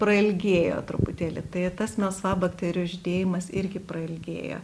prailgėjo truputėlį tai tas melsvabakterių žydėjimas irgi prailgėja